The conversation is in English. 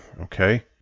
okay